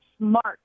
smart